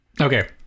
okay